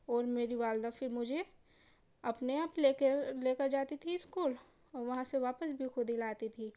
اور میری والدہ پھر مجھے اپنے آپ لے کر لے کر جاتی تھی اسکول اور وہاں سے واپس بھی خود ہی لاتی تھی